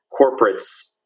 Corporates